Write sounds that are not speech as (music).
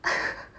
(laughs)